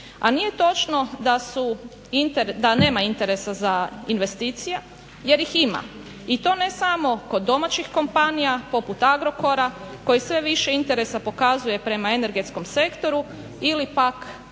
A nije točno da su da nema interesa za investicije, jer ih ima i to ne samo kod domaćih kompanija poput Agrokora, koji sve više interesa pokazuje prema energetskom sektoru ili pak